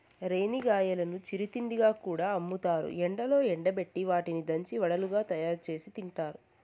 రేణిగాయాలను చిరు తిండిగా కూడా అమ్ముతారు, ఎండలో ఎండబెట్టి వాటిని దంచి వడలుగా తయారుచేసి తింటారు